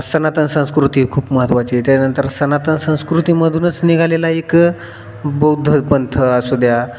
सनातन संस्कृती खूप महत्त्वाची आहे त्यानंतर सनातन संस्कृतीमधूनच निघालेला एक बौद्ध पंथ असू द्या